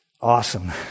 awesome